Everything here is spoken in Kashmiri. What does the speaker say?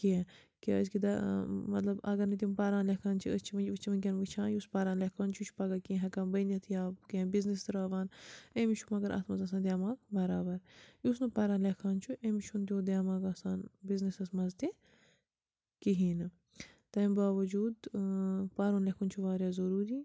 کیٚنٛہہ کیٛازِکہِ دَ ٲں مطلب اگر نہٕ تِم پَران لیٚکھان چھِ أسۍ چھِ وُنہِ أسۍ چھِ وُنٛکیٚن وُچھان یُس پَران لیٚکھان چھُ یہِ چھُ پَگاہ کیٚنٛہہ ہیٚکان بٔنِتھ یا کیٚنٛہہ بِزنیٚس ترٛاوان أمِس چھُ مگر اَتھ منٛز آسان دیٚماغ برابر یُس نہٕ پَران لیٚکھان چھُ أمِس چھُنہٕ تیٛتھ دیٚماغ آسان بِزنیٚسَس منٛز تہِ کِہیٖنۍ نہٕ تَمہِ باوجوٗد ٲں پَرُن لیٚکھُن چھُ واریاہ ضروٗری